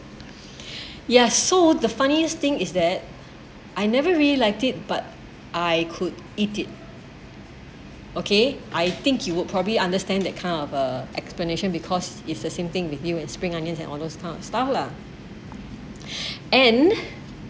yes so the funniest thing is that I never really liked it but I could eat it okay I think you would probably understand that kind of uh explanation because it's the same thing with you and spring onions and all those kind of stuff lah and